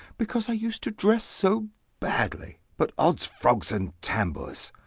because i used to dress so badly but odds frogs and tambours!